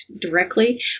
directly